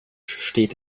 steht